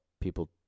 people